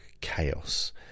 chaos